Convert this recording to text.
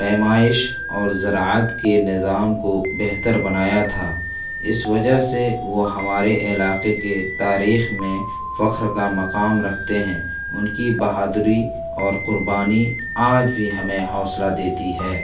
پیمائش اور زراعت کے نظام کو بہتر بنایا تھا اس وجہ سے وہ ہمارے علاقے کے تاریخ میں فخر کا مقام رکھتے ہیں ان کی بہادری اور قربانی آج بھی ہمیں حوصلہ دیتی ہے